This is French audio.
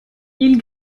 ils